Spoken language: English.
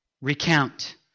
recount